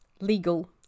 legal